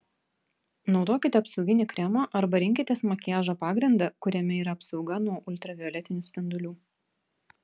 naudokite apsauginį kremą arba rinkitės makiažo pagrindą kuriame yra apsauga nuo ultravioletinių spindulių